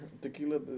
tequila